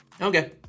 okay